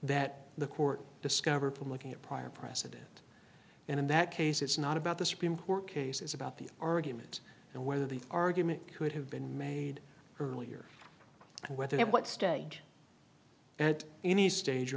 that the court discovered from looking at prior precedent and in that case it's not about the supreme court case it's about the arguments and whether the argument could have been made earlier and whether at what stage at any stage